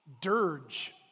dirge